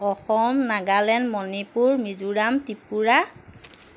Assam Nagaland Manipur Mizoram Tripura